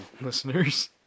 listeners